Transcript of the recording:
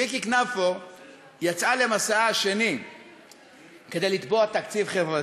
ויקי קנפו יצאה למסעה השני כדי לתבוע תקציב חברתי.